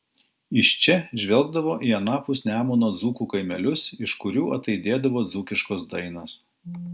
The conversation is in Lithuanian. iš čia žvelgdavo į anapus nemuno dzūkų kaimelius iš kurių ataidėdavo dzūkiškos dainos